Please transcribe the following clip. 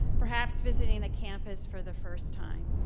perhaps visiting the campus for the first time.